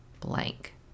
blank